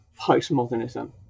postmodernism